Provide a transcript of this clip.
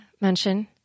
mention